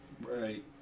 Right